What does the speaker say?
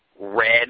red